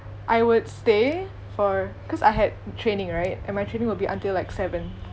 I would stay for cause I had training right and my training would be until like seven